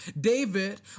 David